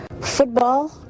Football